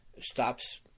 stops